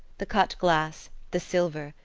the cut glass, the silver,